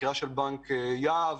חקירה בנוגע לבנק יהב.